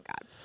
God